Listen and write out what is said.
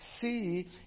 see